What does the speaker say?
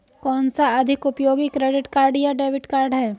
कौनसा अधिक उपयोगी क्रेडिट कार्ड या डेबिट कार्ड है?